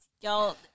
Y'all